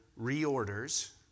reorders